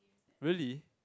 really